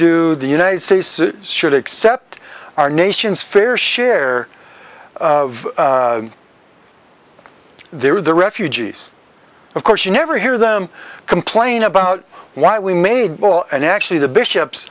do the united states should accept our nation's fair share of their the refugees of course you never hear them complain about why we made well and actually the bishops